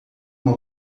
uma